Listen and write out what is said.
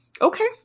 okay